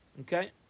Okay